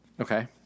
Okay